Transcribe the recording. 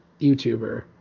YouTuber